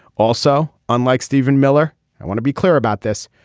also unlike steven miller i want to be clear about this.